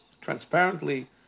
transparently